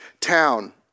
town